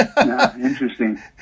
Interesting